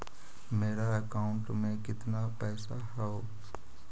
मेरा अकाउंटस में कितना पैसा हउ?